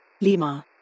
Lima